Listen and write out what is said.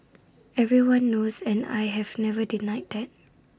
everyone knows and I have never denied that